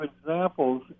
examples